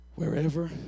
Wherever